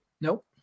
Nope